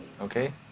okay